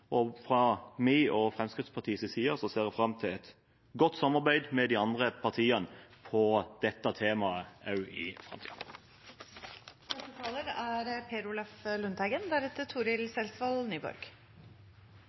og fra min og Fremskrittspartiets side ser jeg fram til et godt samarbeid med de andre partiene om dette temaet også i